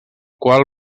qual